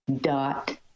dot